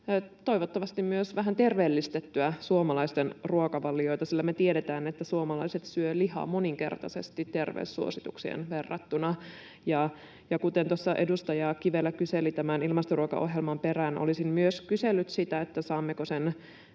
toivottavasti myös vähän terveellistettyä suomalaisten ruokavalioita, sillä me tiedetään, että suomalaiset syövät lihaa moninkertaisesti terveyssuosituksiin verrattuna. Kuten tuossa edustaja Kivelä kyseli tämän ilmastoruokaohjelman perään, olisin myös kysellyt sitä, saammeko sen